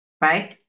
right